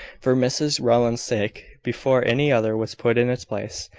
for mrs rowland's sake, before any other was put in its place,